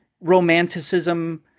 romanticism